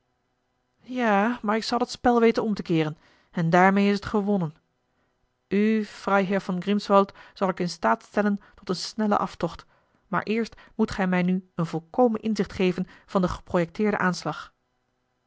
ja maar ik zal het spel weten om te keeren en daarmeê is t gewonnen u freiherr von grimswald zal ik in staat stellen tot een snellen aftocht maar eerst moet gij mij nu een volkomen inzicht geven van den geprojecteerden aanslag